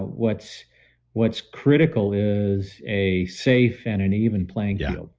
what's what's critical is a safe and an even playing yeah field.